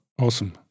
awesome